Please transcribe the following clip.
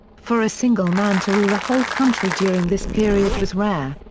for a single man to rule the whole country during this period was rare.